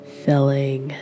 filling